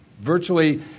Virtually